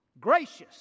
gracious